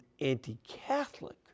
anti-Catholic